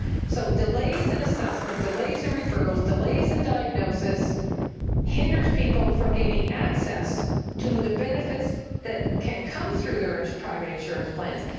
so delays in assessment, delays in referrals, delays in diagnosis hinders people from gaining access to the benefits that can come through their and private insurance plans,